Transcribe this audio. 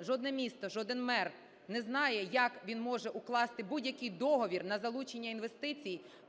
Жодне місто, жоден мер не знає, як він може укласти будь-який договір на залучення інвестицій